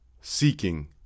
Seeking